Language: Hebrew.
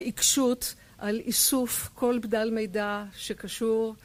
עקשות על איסוף כל בדל מידע שקשור